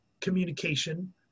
communication